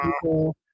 people